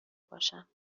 باشم